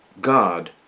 God